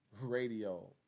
Radio